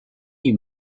you